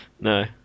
No